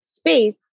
space